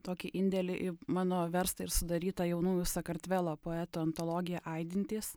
tokį indėlį į mano verstą ir sudarytą jaunųjų sakartvelo poetų antologiją aidintys